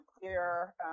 clear